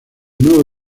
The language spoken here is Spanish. nuevo